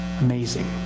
Amazing